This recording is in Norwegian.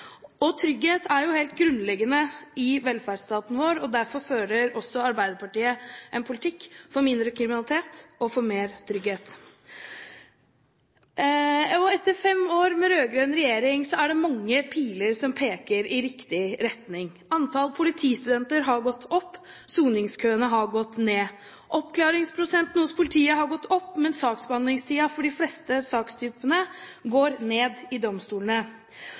Trygghet er jo helt grunnleggende i velferdsstaten vår. Derfor fører også Arbeiderpartiet en politikk for mindre kriminalitet og for mer trygghet. Etter fem år med rød-grønn regjering er det mange piler som peker i riktig retning: Antall politistudenter har gått opp, soningskøene har gått ned. Oppklaringsprosenten hos politiet har gått opp, mens saksbehandlingstiden for de fleste sakstypene i domstolene går ned.